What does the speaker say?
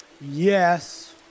Yes